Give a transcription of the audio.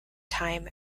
time